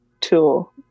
tool